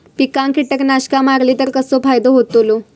पिकांक कीटकनाशका मारली तर कसो फायदो होतलो?